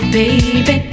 baby